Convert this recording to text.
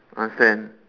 understand